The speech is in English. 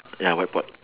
ya white pot